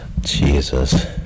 Jesus